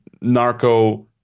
narco